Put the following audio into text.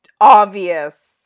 obvious